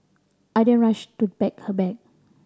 I then rushed to pack her bag